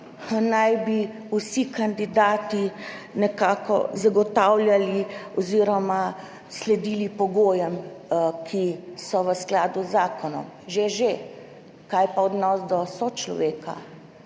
naj bi vsi kandidati nekako zagotavljali oziroma sledili pogojem, ki so v skladu z zakonom. Že, že, kaj pa odnos do sočloveka?